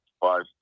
five